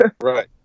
Right